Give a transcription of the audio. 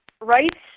rights